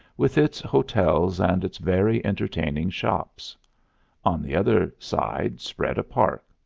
with its hotels and its very entertaining shops on the other side spread a park.